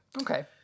Okay